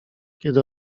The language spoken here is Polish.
kiedy